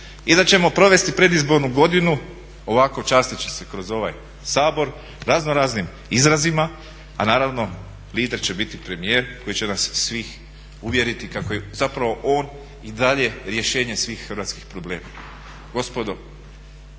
i da ćemo provesti predizbornu godinu ovako časteći se kroz ovaj Sabor razno raznim izrazima, a naravno lider će biti premijer koji će nas svih uvjeriti kako je zapravo on i dalje rješenje svih hrvatskih problema.